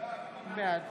בעד